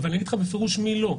אבל אגיד לך בפירוש מי לא.